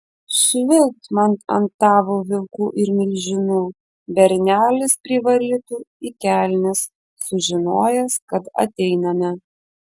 švilpt man ant tavo vilkų ir milžinų bernelis privarytų į kelnes sužinojęs kad ateiname